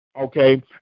Okay